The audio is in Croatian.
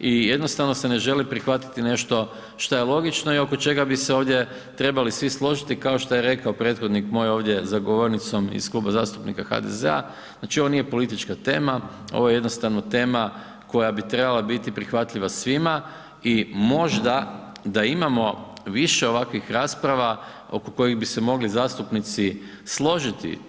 i jednostavno se ne želi prihvatiti nešto šta je logično i oko čega bi se ovdje trebali svi složiti kao što je rekao prethodnik moj ovdje za govornicom iz Kluba zastupnika iz HDZ-a, znači ovo nije politička tema ovo je jednostavno tema koja bi trebala biti prihvatljiva svima i možda da imamo više ovakvih rasprava oko kojih bi se mogli zastupnici složiti.